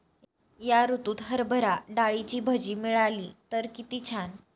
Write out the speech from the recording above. या ऋतूत हरभरा डाळीची भजी मिळाली तर कित्ती छान